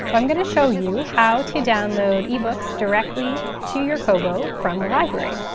i'm going to show you how to download ebooks directly to your kobo from the library.